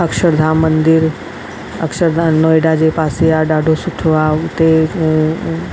अक्षरधाम मंदरु अक्षरधाम नोएडा जे पासे आहे ॾाढो सुठो आहे उते